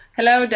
Hello